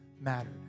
mattered